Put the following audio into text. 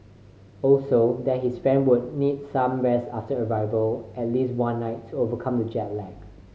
also that his friend would need some rest after arrival at least one night to overcome the jet lag